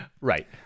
right